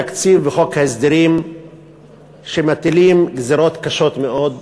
תקציב וחוק ההסדרים שמטילים גזירות קשות מאוד,